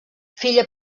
filla